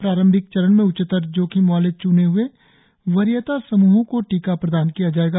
प्रारंभिक चरण में उच्चतर जोखिम वाले च्ने हए वरीयता समूहों को टीका प्रदान किया जाएगा